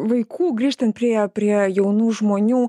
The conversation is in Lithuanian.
vaikų grįžtant prie prie jaunų žmonių